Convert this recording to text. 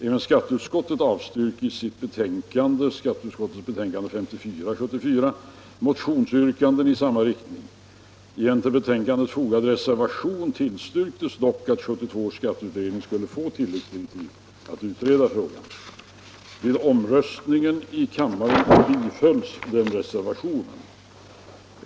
Även skatteutskottet avstyrkte i sitt betänkande 1974:54 motionsyrkanden i samma riktning. I en till betänkandet fogad reservation tillstyrktes dock att 1972 års skatteutredning skulle få tilläggsdirektiv att utreda frågan. Vid omröstning i kammaren bifölls reservationen.